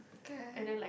okay